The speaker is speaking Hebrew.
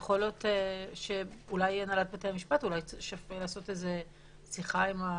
אולי הנהלת בתי המשפט אולי צריך לעשות שיחה עם השופטות,